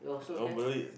nobody